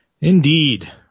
indeed